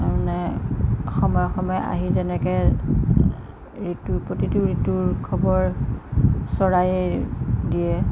মানে সময়ে সময়ে আহি তেনেকৈ ঋতুৰ প্ৰতিটো ঋতুৰ খবৰ চৰায়েই দিয়ে